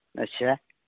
ᱟᱪᱪᱷᱟ